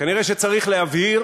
כנראה צריך להבהיר